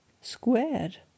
Squared